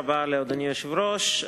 תודה רבה לאדוני היושב-ראש.